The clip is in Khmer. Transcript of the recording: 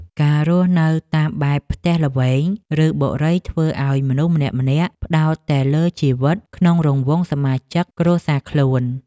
ការរស់នៅតាមបែបផ្ទះល្វែង ឬបុរីធ្វើឱ្យមនុស្សម្នាក់ៗផ្តោតតែលើជីវិតក្នុងរង្វង់សមាជិកគ្រួសារខ្លួន។